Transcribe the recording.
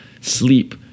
sleep